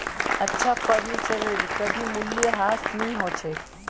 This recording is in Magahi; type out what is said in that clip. अच्छा फर्नीचरेर कभी मूल्यह्रास नी हो छेक